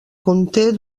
conté